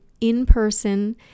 in-person